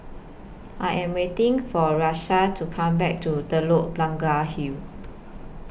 I Am waiting For Rahsaan to Come Back to Telok Blangah Hill